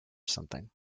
something